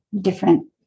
different